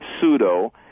pseudo-